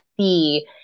see